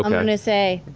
i'm going to say